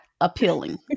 appealing